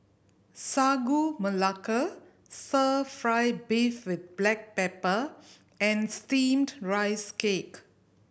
Sagu Melaka Stir Fry beef with black pepper and Steamed Rice Cake